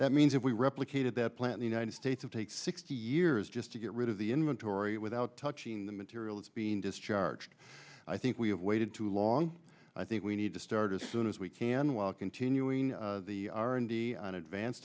that means if we replicated that plan in the united states of take sixty years just to get rid of the inventory without touching the materials being discharged i think we have waited too long i think we need to start as soon as we can while continuing on advance